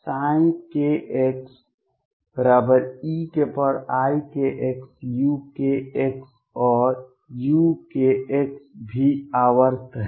चूँकि kxeikxuk और uk भी आवर्त है